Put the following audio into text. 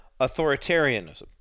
authoritarianism